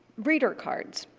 reader cards.